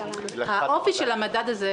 --- האופי של המדד הזה,